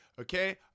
okay